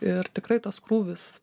ir tikrai tas krūvis